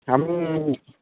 আপনি